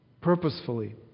Purposefully